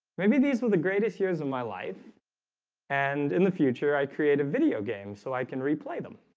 maybe these were the greatest years of my life and in the future. i create a video game so i can replay them